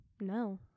No